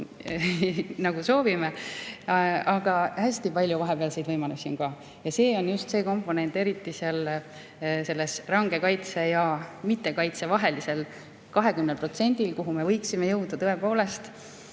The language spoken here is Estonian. nagu soovime, aga hästi palju vahepealseid võimalusi on ju ka. See on just see komponent, eriti selles range kaitse ja mittekaitse vahelise 20% puhul, kuhu me võiksime tõepoolest